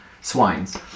swines